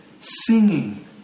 singing